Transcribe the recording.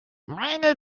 meine